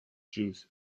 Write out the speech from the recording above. juice